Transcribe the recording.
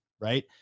right